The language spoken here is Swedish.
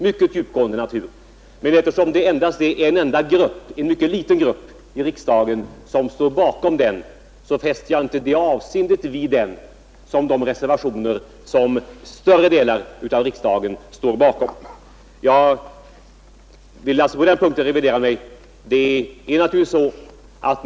Men eftersom det bara är en enda och mycket liten grupp i riksdagen som står bakom den reservationen fäster jag inte samma avseende vid den som vid de reservationer som större delar av riksdagen står bakom. På den punkten vill jag sålunda som sagt revidera mig.